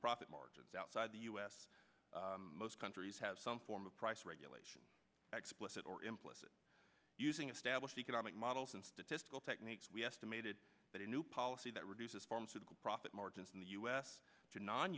profit margins outside the u s most countries have some form of price regulation explicit or implicit using established economic models and statistical techniques we estimated that a new policy that reduces pharmaceutical profit margins in the u s to non